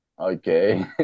Okay